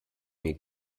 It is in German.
mir